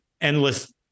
endless